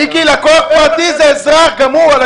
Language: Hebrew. מיקי, לקוח פרטי זה אזרח גם הוא.